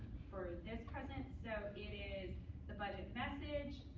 for this president. so it is the budget message,